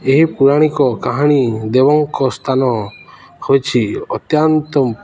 ଏହି ପୌରାଣିକ କାହାଣୀ ଦେବଙ୍କ ସ୍ଥାନ ହୋଇଛି ଅତ୍ୟନ୍ତ